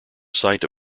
site